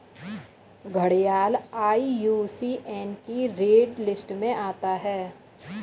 घड़ियाल आई.यू.सी.एन की red list में आता है